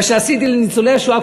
מה שעשיתי לניצולי השואה,